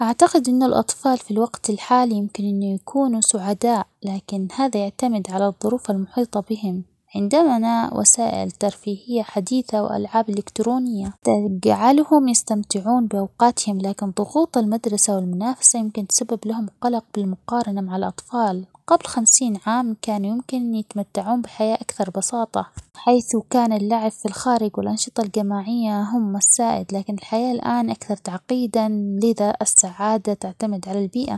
أعتقد إنو الأطفال في الوقت الحالي يمكن إنو يكونوا سعداء لكن هذا يعتمد على الظروف المحيطة بهم وسائل ترفيهية حديثة وألعاب إلكترونية تجعهلم يستمتعون بأوقاتهم لكن ضغوط المدرسة والمنافسة يمكن تسبب لهم قلق بالمقارنة مع الأطفال قبل خمسين عام كان يمكن إنو يتمتعون بحياة أكثر بساطة حيث كان اللعب في الخارج والأنشطة الجماعية هم السائد لكن الحياة الآن أكثر تعقيداً لذا السعادة تعتمد على البيئة.